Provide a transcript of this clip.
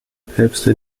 päpste